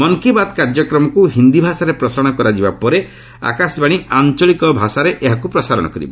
ମନ୍ କି ବାତ୍ କାର୍ଯ୍ୟକ୍ରମକୁ ହିନ୍ଦୀ ଭାଷାରେ ପ୍ରସାରଣ କରାଯିବା ପରେ ପରେ ଆକାଶବାଣୀ ଆଞ୍ଚଳିକ ଭାଷା ଏହାକୁ ପ୍ରସାରଣ କରିବ